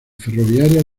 ferroviarias